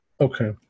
Okay